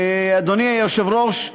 אדוני היושב-ראש,